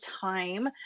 time